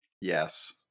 Yes